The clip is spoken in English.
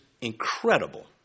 incredible